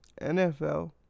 NFL